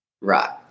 Right